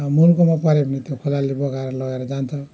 अब मुल्कोमा पऱ्यो भने त्यो खोलाले बगाएर लगेर जान्छ